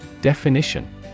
Definition